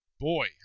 boy